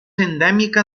endèmica